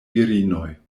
virinoj